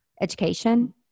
education